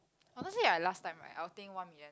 honestly like last time right I will think one million